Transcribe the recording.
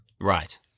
Right